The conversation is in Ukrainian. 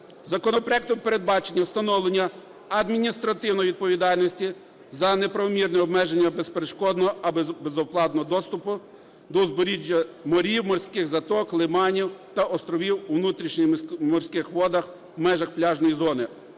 Законопроектом передбачено встановлення адміністративної відповідальності за неправомірне обмеження безперешкодного або безоплатного доступу до узбережжя морів, морських заток, лиманів та островів у внутрішніх морських водах в межах пляжної зони,